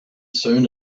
soon